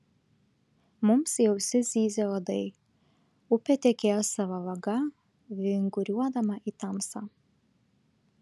mums į ausis zyzė uodai upė tekėjo savo vaga vinguriuodama į tamsą